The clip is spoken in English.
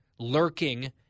lurking